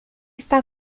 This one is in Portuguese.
está